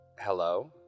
Hello